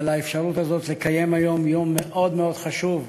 על האפשרות הזאת לקיים היום יום מאוד מאוד חשוב.